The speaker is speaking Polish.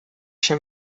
się